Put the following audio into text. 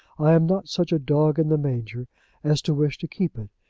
i am not such a dog in the manger as to wish to keep it.